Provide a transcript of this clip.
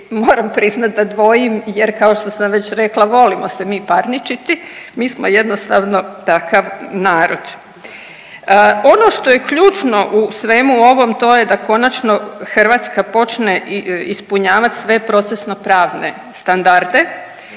moram priznat da dvojim jer kao što sam već rekla volimo se mi parničiti, mi smo jednostavno takav narod. Ono što je ključno u svemu ovom to je da konačno Hrvatska počne ispunjavat sve procesno pravne standarde